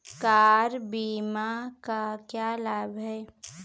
Car बीमा का क्या लाभ है?